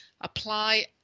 apply